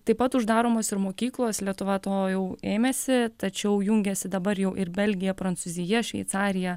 taip pat uždaromos ir mokyklos lietuva to jau ėmėsi tačiau jungiasi dabar jau ir belgija prancūzija šveicarija